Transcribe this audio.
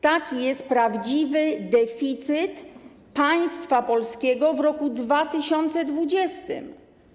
Taki jest prawdziwy deficyt państwa polskiego w roku 2020.